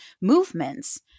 movements